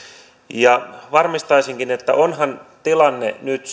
ja varmistaisinkin onhan tilanne nyt